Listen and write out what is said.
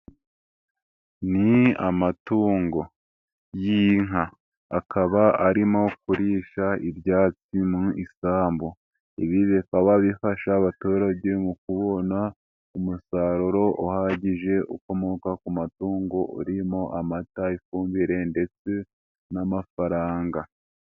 Ni amatungo y'inka akaba arimo kurisha ibyatsi mu isambu, ibi bikaba bifasha abaturage mu kubona umusaruro uhagije ukomoka ku matungo urimo amata, ifumbire ndetse n'amafaranga.